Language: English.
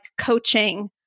coaching